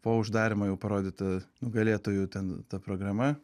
po uždarymo jau parodyta nugalėtojų ten ta programa